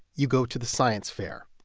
you go to the science fair.